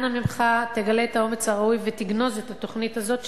אנא ממך תגלה את האומץ הראוי ותגנוז את התוכנית הזאת,